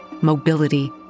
mobility